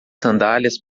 sandálias